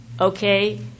okay